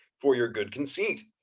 for your good conceit,